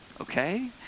okay